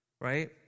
right